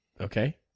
Okay